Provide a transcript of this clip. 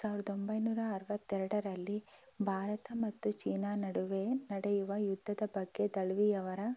ಸಾವಿರದ ಒಂಬೈನೂರ ಅರುವತ್ತ ಎರಡರಲ್ಲಿ ಭಾರತ ಮತ್ತು ಚೀನ ನಡುವೆ ನಡೆಯುವ ಯುದ್ಧದ ಬಗ್ಗೆ ದಳ್ವಿ ಅವರ